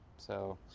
so.